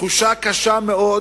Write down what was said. ותחושה קשה מאוד